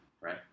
right